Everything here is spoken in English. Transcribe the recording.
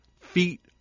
feet